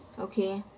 okay